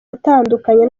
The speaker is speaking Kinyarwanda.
atandukanye